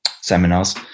seminars